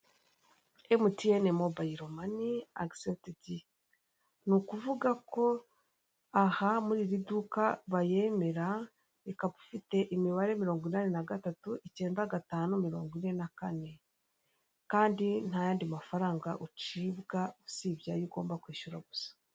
Emutiyene mobilo mani agisebutedi, ni ukuvuga ko aha muri iri duka bayemera ikaba ifite imibare mirongo inani na gatatu icyenda gatanu mirongo ine na kane, kandi nta yandi mafaranga ucibwa usibyeyo ugomba kwishyura gusa.